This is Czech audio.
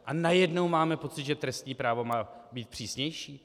A najednou máme pocit, že trestní právo má být přísnější?